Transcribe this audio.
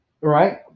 right